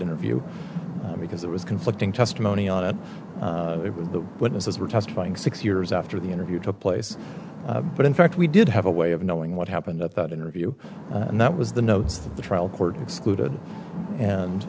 interview because it was conflicting testimony on it it was the witnesses were testifying six years after the interview took place but in fact we did have a way of knowing what happened at that interview and that was the notes that the trial court excluded and